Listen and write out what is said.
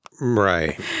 right